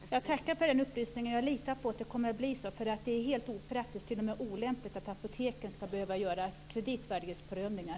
Fru talman! Jag tackar för den upplysningen. Jag litar på att det kommer att bli så. Det vore opraktiskt och t.o.m. olämpligt att apoteken skulle behöva göra kreditvärdighetsprövningar.